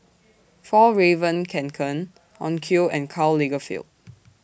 Fjallraven Kanken Onkyo and Karl Lagerfeld